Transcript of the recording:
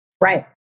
right